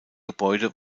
gebäude